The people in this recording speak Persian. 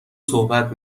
صحبت